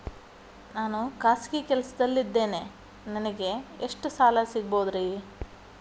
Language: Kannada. ನಾನು ಖಾಸಗಿ ಕೆಲಸದಲ್ಲಿದ್ದೇನೆ ನನಗೆ ಎಷ್ಟು ಸಾಲ ಸಿಗಬಹುದ್ರಿ?